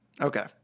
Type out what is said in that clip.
Okay